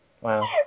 Wow